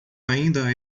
ainda